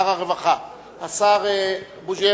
השר בוז'י